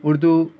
Urdu